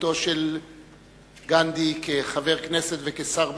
שירותו של גנדי כחבר כנסת וכשר בישראל,